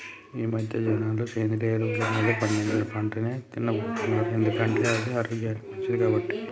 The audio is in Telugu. ఈమధ్య జనాలు సేంద్రియ ఎరువులు మీద పండించిన పంటనే తిన్నబోతున్నారు ఎందుకంటే అది ఆరోగ్యానికి మంచిది కాబట్టి